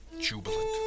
jubilant